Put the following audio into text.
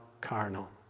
carnal